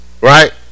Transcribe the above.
right